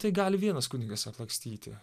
tai gali vienas kunigas aplakstyti